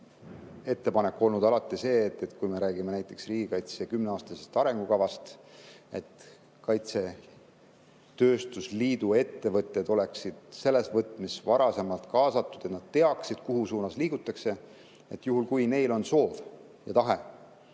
ettepanek olnud alati see, et kui me räägime näiteks riigikaitse kümneaastasest arengukavast, siis kaitsetööstuse liidu ettevõtted oleksid selles võtmes varasemalt kaasatud, et nad teaksid, mis suunas liigutakse, et juhul, kui neil on soov ja tahe